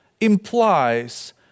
implies